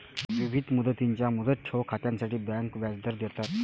विविध मुदतींच्या मुदत ठेव खात्यांसाठी बँका व्याजदर देतात